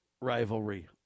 rivalry